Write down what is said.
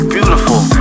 Beautiful